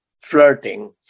flirting